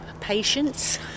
patience